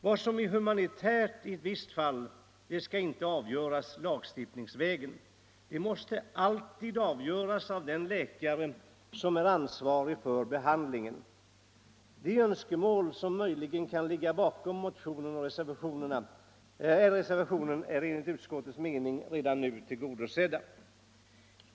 Vad som är humanitärt i ett visst fall skall inte avgöras lagstiftningsvägen. Det måste alltid avgöras av den läkare som är ansvarig för behandlingen. De önskemål som möjligen kan ligga bakom motionen och reservationen är enligt utskottets mening redan nu tillgodosedda.